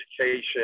education